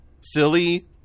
silly